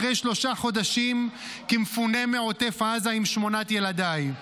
אחרי שלושה חודשים כמפונה מעוטף עזה עם שמונת ילדיי.